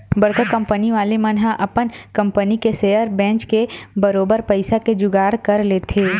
बड़का कंपनी वाले मन ह अपन कंपनी के सेयर बेंच के बरोबर पइसा के जुगाड़ कर लेथे